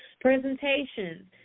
presentations